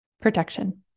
protection